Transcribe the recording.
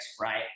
right